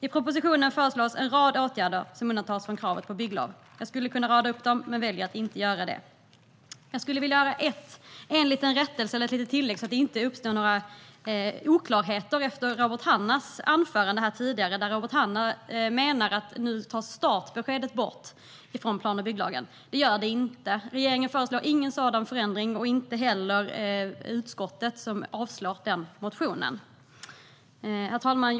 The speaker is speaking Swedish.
I propositionen föreslås en rad åtgärder som undantas från kravet på bygglov. Jag skulle kunna rada upp dem, men väljer att inte göra det. Jag skulle vilja göra en liten rättelse och ett litet tillägg så att det inte uppstår några oklarheter efter Robert Hannahs anförande här tidigare. Robert Hannah menar att startbeskedet nu tas bort från plan och bygglagen. Det görs det inte. Regeringen föreslår inte någon sådan förändring och inte heller utskottet som avstyrkt den motionen. Herr talman!